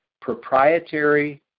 proprietary